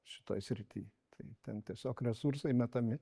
šitoj srity tai ten tiesiog resursai metami